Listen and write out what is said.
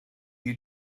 you